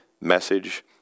message